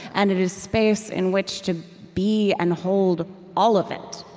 and it is space in which to be and hold all of it